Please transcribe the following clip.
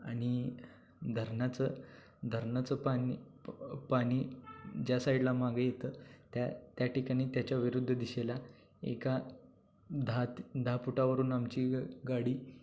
आणि धरणाचं धरणाचं पाणी पाणी ज्या साईडला मागं येतं त्या त्या ठिकाणी त्याच्या विरुद्ध दिशेला एका दहा दहा फुटावरून आमची गाडी